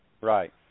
Right